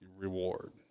Reward